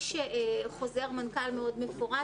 יש חוזר מנכ"ל מאוד מפורט,